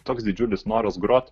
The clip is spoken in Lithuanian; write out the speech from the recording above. toks didžiulis noras grot